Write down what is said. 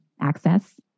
access